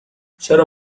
چرا